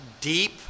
deep